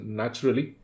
naturally